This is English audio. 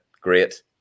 great